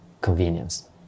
convenience